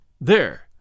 There